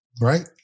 right